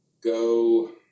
go